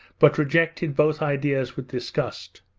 but rejected both ideas with disgust.